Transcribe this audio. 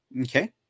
Okay